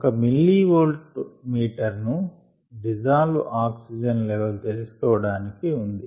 ఒక millivolt meter ను dissolved oxygen level తెలుసుకోవడానికి ఉంది